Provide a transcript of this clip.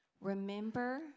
remember